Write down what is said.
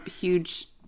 huge